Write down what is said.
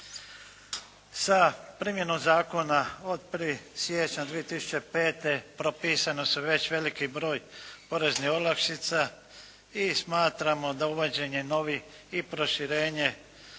Sa primjenom zakona od 1. siječnja 2005. propisan je već veliki broj poreznih olakšica i smatramo da uvođenje novih i proširenje